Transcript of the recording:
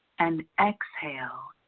and exhale,